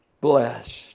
blessed